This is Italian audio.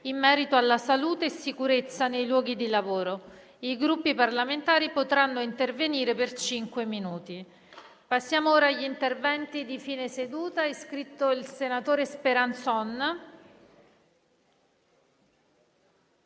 in merito alla salute e sicurezza nei luoghi di lavoro. I Gruppi parlamentari potranno intervenire per cinque minuti. **Interventi su argomenti